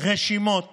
רשימות